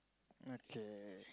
okay